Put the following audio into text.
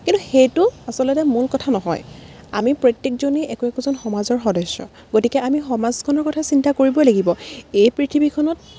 কিন্তু সেইটো আচলতে মূল কথা নহয় আমি প্ৰত্যেকজনেই একো একোজন সমাজৰ সদস্য গতিকে আমি সমাজখনৰ কথা চিন্তা কৰিবই লাগিব এই পৃথিৱীখনত